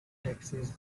taxis